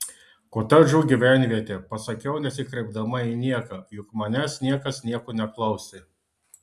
kotedžų gyvenvietė pasakiau nesikreipdama į nieką juk manęs niekas nieko neklausė